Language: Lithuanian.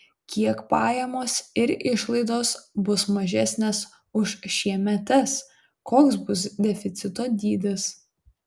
kiek pajamos ir išlaidos bus mažesnės už šiemetes koks bus deficito dydis